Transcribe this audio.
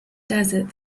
desert